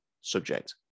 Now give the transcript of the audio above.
subject